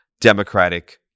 Democratic